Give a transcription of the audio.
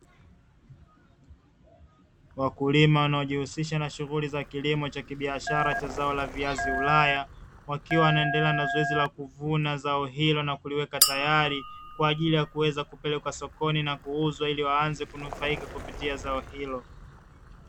Wakulima wanaojihusisha na shughuli za kilimo cha kibiashara cha zao la viazi ulaya. Wakiwa wanaendelea na zoezi la kuvuna zao hilo na kuliweka tayari, kwa ajili kuweza kupelekwa sokoni ili waanze kunufaika kupitia zao hilo.